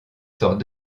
sort